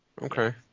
Okay